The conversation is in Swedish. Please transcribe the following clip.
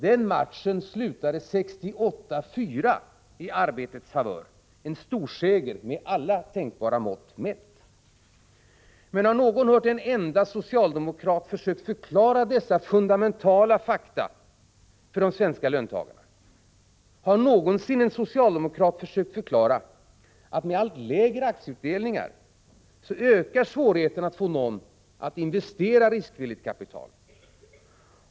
Den matchen slutade 684 i arbetets favör, en storseger med alla tänkbara mått mätt. Men har någon hört en enda socialdemokrat försöka förklara dessa fundamentala fakta för de svenska löntagarna? Har någonsin en socialdemokrat försökt förklara att med allt lägre aktieutdelningar ökar svårigheten att få någon att investera riskvilligt kapital?